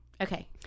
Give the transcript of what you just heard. Okay